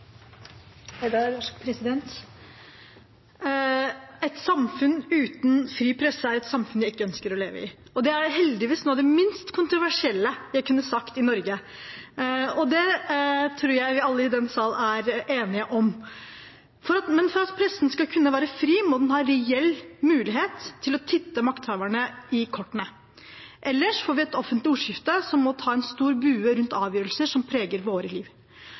et samfunn jeg ikke ønsker å leve i. Det er heldigvis noe av det minst kontroversielle jeg kunne ha sagt i Norge, og det tror jeg vi alle i denne sal er enige om. Men for at pressen skal kunne være fri, må den ha reell mulighet til å titte makthaverne i kortene. Ellers får vi et offentlig ordskifte som må ta en stor bue rundt avgjørelser som preger